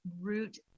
root